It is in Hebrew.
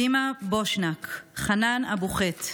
דימה בושנאק, חנאן אבו ח'יט,